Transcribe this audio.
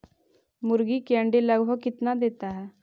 मुर्गी के अंडे लगभग कितना देता है?